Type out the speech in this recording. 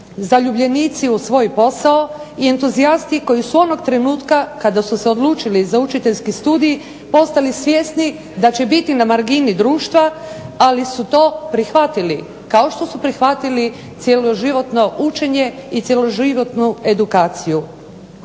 zaljubljenici u svoj posao i entuzijasti koji su onog trenutka kada su se odlučili za učiteljski studij postali svjesni da će biti na margini društva ali su to prihvatili kao što su prihvatili cjeloživotno učenje i cjeloživotnu edukaciju.